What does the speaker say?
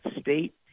state